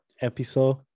episode